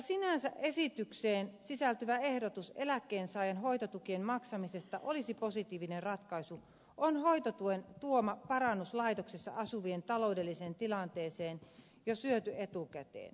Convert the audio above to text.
vaikka esitykseen sisältyvä ehdotus eläkkeensaajan hoitotukien maksamisesta olisi sinänsä positiivinen ratkaisu on hoitotuen tuoma parannus laitoksessa asuvien taloudelliseen tilanteeseen syöty jo etukäteen